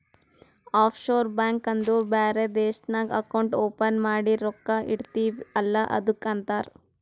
of sure bank ಅಂದುರ್ ಬೇರೆ ದೇಶ್ನಾಗ್ ಅಕೌಂಟ್ ಓಪನ್ ಮಾಡಿ ರೊಕ್ಕಾ ಇಡ್ತಿವ್ ಅಲ್ಲ ಅದ್ದುಕ್ ಅಂತಾರ್